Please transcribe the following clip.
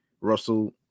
russell